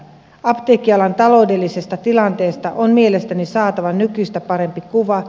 apteekkialan taloudellisesta tilanteesta on mielestäni saatava nykyistä parempi kuva